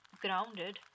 grounded